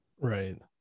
Right